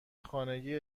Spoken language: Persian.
خانگی